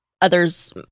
others